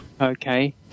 Okay